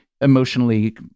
emotionally